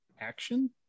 action